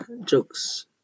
Jokes